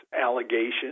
allegations